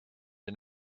and